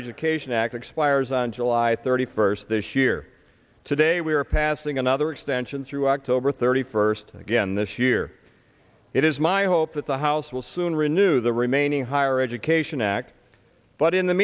education act expires on july thirty first this year today we are passing another extension through october thirty first again this year it is my hope that the house will soon renew the remaining higher education act but in the